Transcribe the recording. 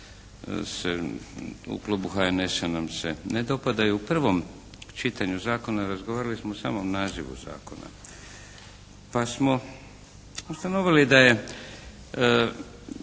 u klubu HNS-a nam se ne dopadaju. U prvom čitanju zakona razgovarali smo o samom nazivu zakona pa smo ustanovili da je